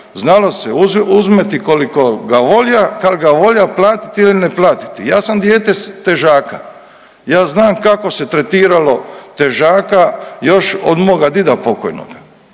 Znalo se uzeti koliko ga volja, kad ga volja, platiti ili ne platiti. Ja sam dijete težaka, ja znam kako se tretiralo težaka još od moga dida pokojnoga.